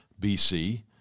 BC